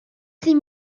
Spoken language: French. six